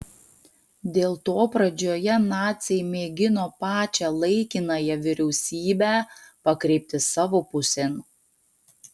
dėl to pradžioje naciai mėgino pačią laikinąją vyriausybę pakreipti savo pusėn